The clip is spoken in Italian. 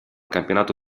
campionato